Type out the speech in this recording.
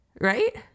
right